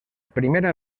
primera